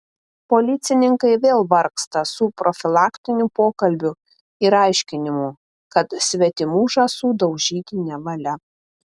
policininkai vėl vargsta su profilaktiniu pokalbiu ir aiškinimu kad svetimų žąsų daužyti nevalia